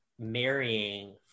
marrying